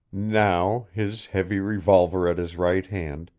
now, his heavy revolver at his right hand,